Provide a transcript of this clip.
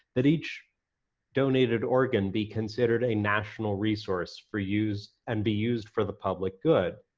that each donated organ be considered a national resource for use and be used for the public good.